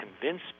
convince